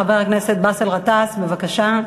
חבר הכנסת באסל גטאס, בבקשה.